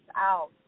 out